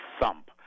thump